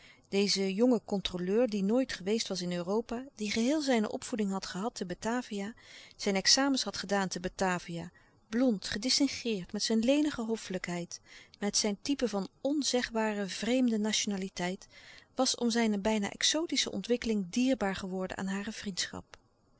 deze jonge controleur die nooit geweest was in europa die geheel zijne opvoeding had gehad te batavia zijn examens had gedaan te batavia blond gedistingeerd met zijn lenige hoffelijklouis couperus de stille kracht heid met zijn type van onzegbare vreemde nationaliteit was om zijne bijna exotische ontwikkeling dierbaar geworden aan hare vriendschap